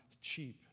cheap